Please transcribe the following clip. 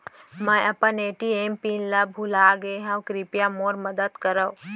मै अपन ATM pin ला भूलागे हव, कृपया मोर मदद करव